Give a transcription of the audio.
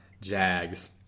Jags